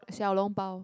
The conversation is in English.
Xiao-Long-Bao